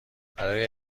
برای